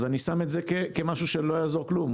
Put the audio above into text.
אני שם את זה כמשהו שלא יעזור כלום.